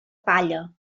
palla